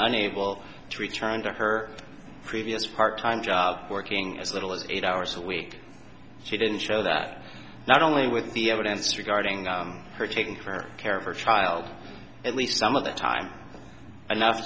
unable to return to her previous part time job working as little as eight hours a week she didn't show that not only with the evidence regarding her taking her care of her child at least some of the time